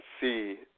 see